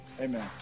Amen